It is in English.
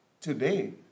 today